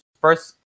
first